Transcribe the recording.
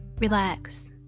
relax